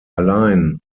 allein